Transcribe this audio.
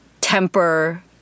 temper